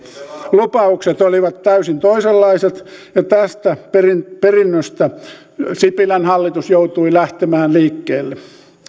lupaukset olivat täysin toisenlaiset ja tästä perinnöstä sipilän hallitus joutui lähtemään liikkeelle